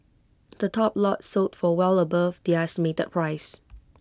the top lots sold for well above their estimated price